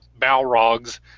Balrogs